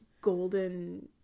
golden